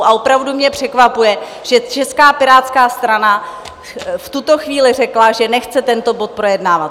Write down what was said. A opravdu mě překvapuje, že Česká pirátská strana v tuto chvíli řekla, že nechce tento bod projednávat.